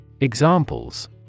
Examples